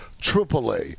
triple-A